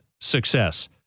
success